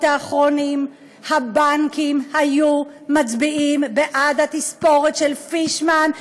האחרונים הבנקים היו מצביעים בעד התספורת של פישמן,